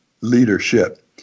leadership